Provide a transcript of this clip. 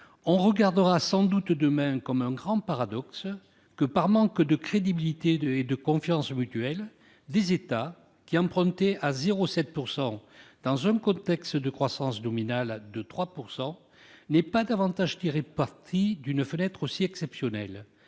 On regardera sans doute demain comme un grand paradoxe que, par manque de crédibilité et de confiance mutuelle, des États qui empruntaient à 0,7 % dans un contexte de croissance nominale de 3 % n'aient pas davantage tiré parti d'une fenêtre aussi exceptionnelle.